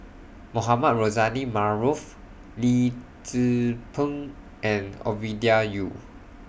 Mohamed Rozani Maarof Lee Tzu Pheng and Ovidia Yu